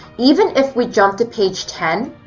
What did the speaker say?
even if we jump to page ten,